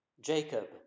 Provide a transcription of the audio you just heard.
Jacob